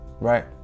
Right